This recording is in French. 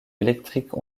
électrique